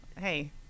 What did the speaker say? Hey